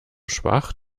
schwach